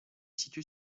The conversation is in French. située